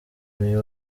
uyu